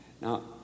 now